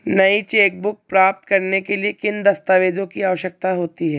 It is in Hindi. नई चेकबुक प्राप्त करने के लिए किन दस्तावेज़ों की आवश्यकता होती है?